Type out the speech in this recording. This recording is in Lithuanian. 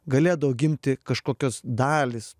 galėdavo gimti kažkokios dalys